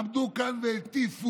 עמדו כאן והטיפו,